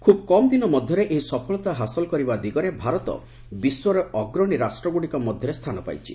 ଖୁବ୍ କମ୍ ଦିନ ମଧ୍ୟରେ ଏହି ସଫଳତା ହାସଲ କରିବା ଦିଗରେ ଭାରତ ବିଶ୍ୱରେ ଅଗ୍ରଣୀ ରାଷ୍ଟ୍ରଗୁଡ଼ିକ ମଧ୍ୟରେ ସ୍ଥାନ ପାଇଛି